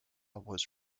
was